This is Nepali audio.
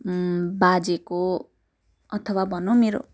बाजेको अथवा भनौँ मेरो